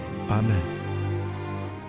Amen